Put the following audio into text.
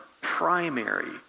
primary